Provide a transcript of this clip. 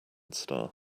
star